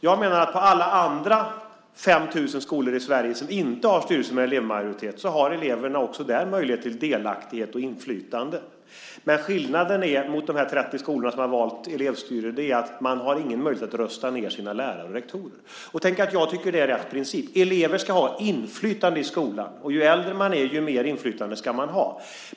Jag menar att på alla de 5 000 skolor i Sverige som inte har en styrelse med elevmajoritet har eleverna möjlighet till delaktighet och inflytande. Men skillnaden mot de 30 skolor som har valt elevstyre är att man inte har någon möjlighet att rösta ned sina lärare och rektorer. Tänk att jag tycker att det är rätt princip. Eleverna ska ha inflytande i skolan. Ju äldre man är, desto mer inflytande ska man ha.